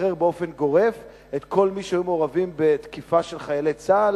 לשחרר באופן גורף את כל מי שהיו מעורבים בתקיפה של חיילי צה"ל.